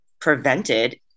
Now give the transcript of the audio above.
prevented